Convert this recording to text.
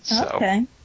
Okay